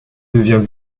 devient